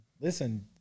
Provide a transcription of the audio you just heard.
Listen